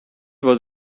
was